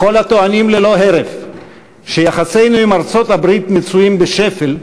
לכל הטוענים ללא הרף שיחסינו עם ארצות-הברית מצויים בשפל,